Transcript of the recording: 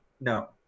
no